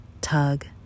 tug